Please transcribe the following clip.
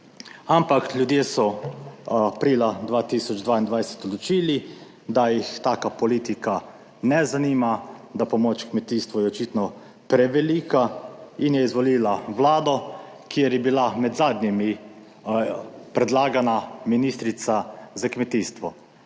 Ampak ljudje so se aprila 2022 odločili, da jih taka politika ne zanima, da pomoč kmetijstvu je očitno prevelika in je izvolila vlado, kjer je bila med zadnjimi predlagana ministrica za kmetijstvo.